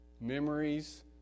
Memories